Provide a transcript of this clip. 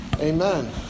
Amen